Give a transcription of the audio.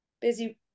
busy